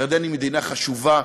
ירדן היא מדינה חשובה,